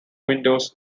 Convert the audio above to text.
windows